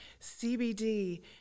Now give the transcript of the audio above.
CBD